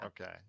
Okay